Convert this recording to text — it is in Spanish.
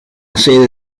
sede